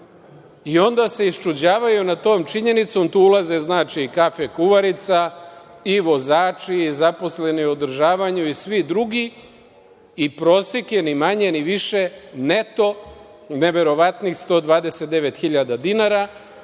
se iščuđavaju nad tom činjenicom, tu ulaze i kafe kuvarica i vozači i zaposleni u održavanju i svi drugi i prosek je, ni manje ni više neto neverovatnih 129.000 dinara,